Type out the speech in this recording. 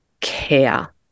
care